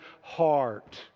heart